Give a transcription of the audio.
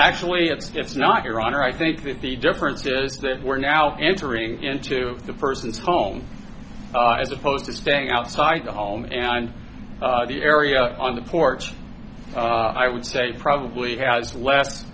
actually if it's not your honor i think that the difference is that we're now entering into the person's home as opposed to staying outside the home and the area on the porch i would say probably has le